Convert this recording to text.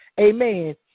Amen